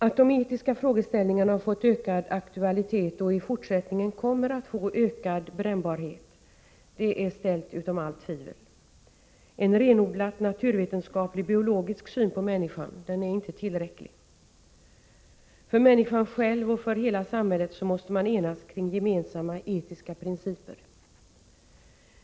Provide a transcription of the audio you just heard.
Att de etiska frågeställningarna fått ökad aktualitet och i fortsättningen kommer att få ökad brännbarhet är ställt utom allt tvivel. En renodlat naturvetenskaplig biologisk syn på människan är inte tillräcklig. För människan själv och för hela samhället måste man enas kring gemensamma etiska principer.